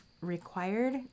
required